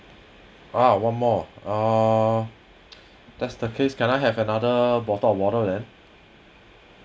ah one more uh that's the case can I have another bottle of water then